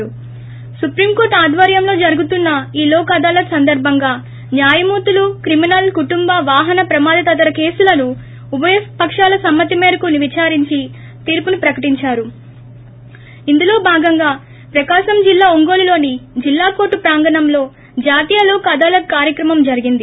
్ సుప్రీంకోర్లు ఆధ్వర్యంలో జరుగుతున్న ఈ లోక్ అదాలత్ సందర్భంగా న్యాయమూర్తులు క్రిమినల్ కుటుంబ వాహన ప్రమాద తదితర కేసులను ఉభయ పక్షాల సమ్మతి మేరకు విచారించి తీర్చును ప్రకటించారు ఇందులో భాగంగా ప్రకాశం జిల్లా ఒంగోలులోని జిల్లా కోర్టు ప్రాంగణంలో జాతీయ లోక్ అదాలత్ కార్యక్రమం జరిగింది